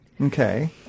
Okay